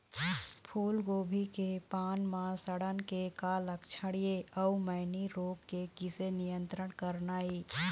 फूलगोभी के पान म सड़न के का लक्षण ये अऊ मैनी रोग के किसे नियंत्रण करना ये?